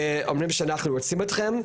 ואומרים שאנחנו רוצים אתכם,